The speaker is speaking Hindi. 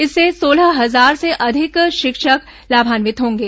इससे सोलह हजार से अधिक शिक्षक लाभान्वित होंगे